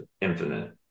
infinite